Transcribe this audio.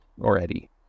Already